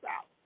out